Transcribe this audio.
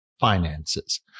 finances